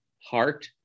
heart